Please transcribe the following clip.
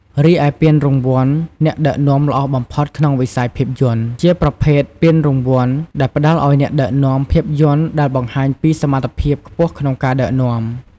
រីឯពានរង្វាន់ អ្នកដឹកនាំល្អបំផុតក្នុងវិស័យភាពយន្ត ជាប្រភេទពានរង្វាន់ដែលផ្តល់ឲ្យអ្នកដឹកនាំភាពយន្តដែលបង្ហាញពីសមត្ថភាពខ្ពស់ក្នុងការដឹកនាំ។